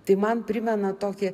tai man primena tokį